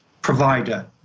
provider